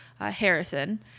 Harrison